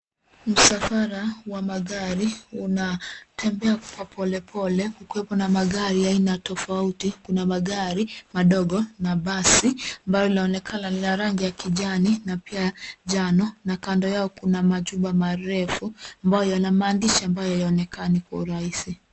Msafara wa magari unatembea kwa polepole kukiwepo na magari aina tofauti, kuna magari madogo na mabasi ambalo linaonekana ni la rangi ya kijani na pia njano na kando yao kuna majumba marefu ambayo yana maandishi ambayo hayaonekani kwa urahisi.